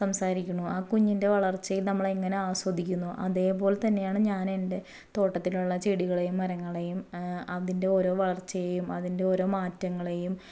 സംസാരിക്കുന്നു ആ കുഞ്ഞിൻ്റെ വളർച്ചയെ നമ്മൾ എങ്ങനെ ആസ്വദിക്കുന്നു അതെപോലെ തന്നെയാണ് ഞാൻ എൻ്റെ തോട്ടത്തിലുള്ള ചെടികളേയും മരങ്ങളേയും അതിൻ്റെ ഓരോ വളർച്ചയേയും അതിൻ്റെ ഓരോ മാറ്റങ്ങളേയും